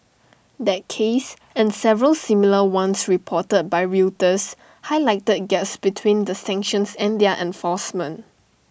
that case and several similar ones reported by Reuters Highlighted Gaps between the sanctions and their enforcement